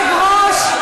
אדוני היושב-ראש,